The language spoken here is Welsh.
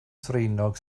ddraenog